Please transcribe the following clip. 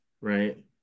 right